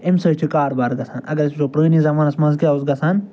اَمہِ سۭتۍ چھِ کاربار گژھان اگر أسۍ وٕچھو پرٛٲنِس زمانس منٛز کیٛاہ اوس گژھان